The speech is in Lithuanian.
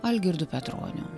algirdu petroniu